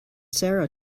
sara